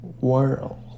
World